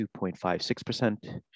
2.56%